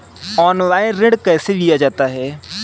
Online ऋण कैसे लिया जाता है?